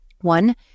One